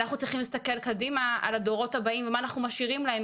אנחנו צריכים להסתכל קדימה על הדורות הבאים ומה אנחנו משאירים להם,